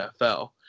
NFL